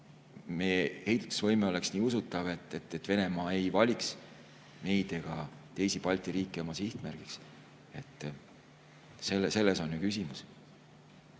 meie heidutusvõime oleks nii usutav, et Venemaa ei valiks meid ega teisi Balti riike oma sihtmärgiks. Selles on küsimus.